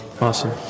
Awesome